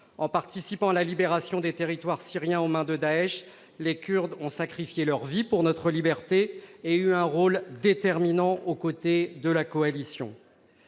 en participant à la libération des territoires syriens aux mains de Daech, les Kurdes ont sacrifié leurs vies pour notre liberté. Ils ont eu un rôle déterminant aux côtés de la coalition.